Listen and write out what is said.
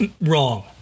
wrong